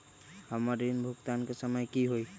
हमर ऋण भुगतान के समय कि होई?